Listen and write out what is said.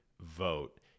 vote